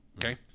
Okay